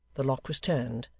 the lock was turned,